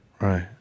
Right